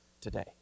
today